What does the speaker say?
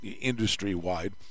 industry-wide